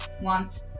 want